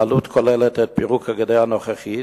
העלות כוללת את פירוק הגדר הנוכחית,